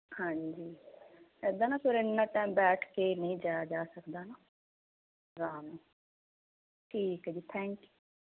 ਹਾਂਜੀ ਏਦਾਂ ਨਾ ਫੇਰ ਐਨਾ ਟੈਮ ਬੈਠ ਕੇ ਨਹੀਂ ਜਾਇਆ ਜਾ ਸਕਦਾ ਨਾ ਅਰਾਮ ਨਾਲ ਠੀਕ ਹੈ ਜੀ ਥੈਂਕ ਯੂ